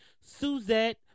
suzette